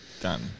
Done